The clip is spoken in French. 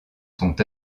sont